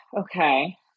okay